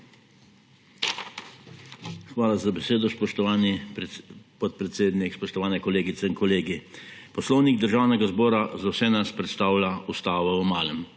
Hvala za besedo, spoštovani podpredsednik. Spoštovani kolegice in kolegi! Poslovnik Državnega zbora za vse nas predstavlja ustavo v malem.